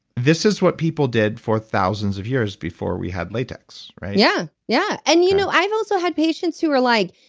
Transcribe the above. this is what people did for thousands of years before we had latex yeah, yeah. and you know, i've also had patients who are like,